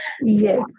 Yes